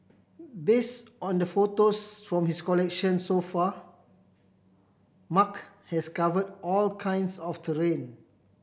based on the photos from his collection so far Mark has covered all kinds of terrain